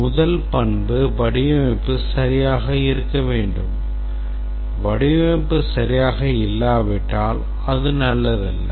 முதல் பண்பு வடிவமைப்பு சரியாக இருக்க வேண்டும் வடிவமைப்பு சரியாக இல்லாவிட்டால் அது நல்லதல்ல